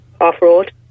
off-road